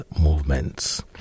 movements